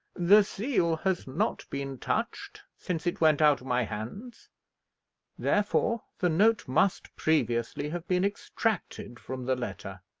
the seal has not been touched since it went out of my hands therefore the note must previously have been extracted from the letter.